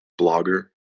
blogger